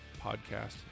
podcast